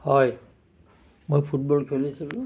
হয় মই ফুটবল খেলিছিলো